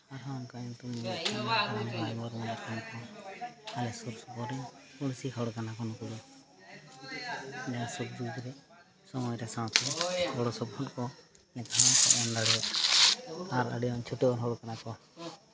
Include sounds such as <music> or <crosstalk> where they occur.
ᱟᱨᱦᱚᱸ ᱚᱱᱠᱟᱜᱮ ᱧᱩᱛᱩᱢ ᱫᱚ ᱦᱩᱭᱩᱜ ᱠᱟᱱᱟ <unintelligible> ᱟᱞᱮ ᱥᱩᱨ ᱥᱩᱯᱩᱨ ᱨᱮᱱ ᱯᱩᱬᱥᱤ ᱦᱚᱲ ᱠᱟᱱᱟ ᱠᱚ ᱱᱩᱠᱩ ᱫᱚ <unintelligible> ᱥᱚᱢᱚᱭ ᱨᱮ ᱥᱟᱶᱛᱮ ᱜᱚᱲᱚ ᱥᱚᱯᱚᱦᱚᱫ ᱠᱚ ᱱᱤᱛᱚᱜ ᱦᱚᱸᱠᱚ ᱮᱢ ᱫᱟᱲᱮᱭᱟᱠᱟᱫ ᱟᱨ ᱟᱹᱰᱤᱜᱟᱱ ᱪᱷᱩᱴᱟᱹᱣ ᱦᱚᱲ ᱠᱟᱱᱟ ᱠᱚ